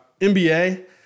NBA –